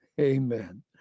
Amen